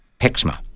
PIXMA